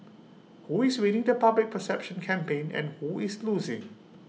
who is winning the public perception campaign and who is losing